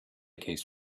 case